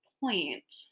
point